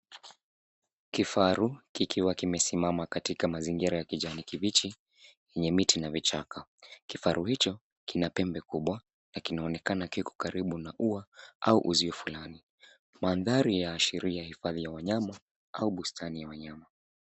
Kifaru, kikiwa kimesimama katika mazingira ya kijani kibichi yenye miti na vichaka. Kifaru hicho kina pembe kubwa na kinaonekana kiko karibu na ua uzuio fulani. mandhari yaashiria hifadhi ya wanyama au busani ya wanyama.